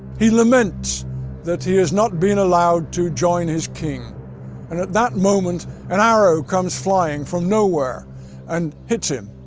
he laments that he has not been allowed to join his king. and at that moment an arrow comes flying from nowhere and hits him.